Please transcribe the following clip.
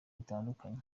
bitandukanye